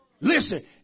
Listen